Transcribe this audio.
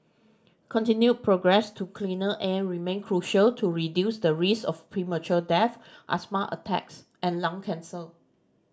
continued progress to cleaner air remain crucial to reduce the risk of premature death asthma attacks and lung cancer